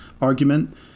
argument